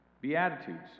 beatitudes